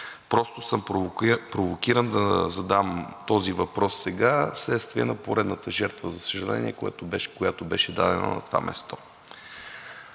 Просто съм провокиран да задам този въпрос сега, вследствие на поредната жертва, за съжаление, която беше дадена на това място.